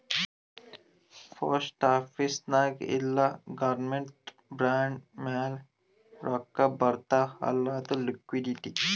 post office ನಾಗ್ ಇಲ್ಲ ಗೌರ್ಮೆಂಟ್ದು ಬಾಂಡ್ ಮ್ಯಾಲ ರೊಕ್ಕಾ ಬರ್ತಾವ್ ಅಲ್ಲ ಅದು ಲಿಕ್ವಿಡಿಟಿ